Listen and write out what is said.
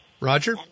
roger